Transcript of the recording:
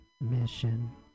mission